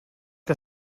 que